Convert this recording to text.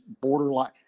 borderline